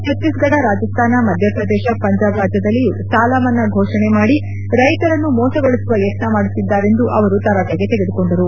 ಛತ್ತೀಸ್ಫಡ ರಾಜಸ್ತಾನ ಮಧ್ಯಪ್ರದೇಶ ಪಂಜಾಬ್ ರಾಜ್ಯದಲ್ಲಿಯೂ ಸಾಲಮನ್ನಾ ಘೋಷಣೆ ಮಾಡಿ ರೈತರನ್ನು ಮೋಸಗೊಳಿಸುವ ಯತ್ನ ಮಾಡುತ್ತಿದ್ದಾರೆಂದು ಅವರು ತರಾಟೆಗೆ ತೆಗೆದುಕೊಂಡರು